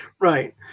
right